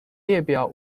列表